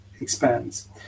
expands